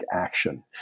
action